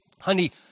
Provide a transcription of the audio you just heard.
honey